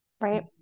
right